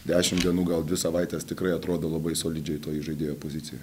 dešim dienų gal dvi savaites tikrai atrodo labai solidžiai to įžaidėjo pozicijoj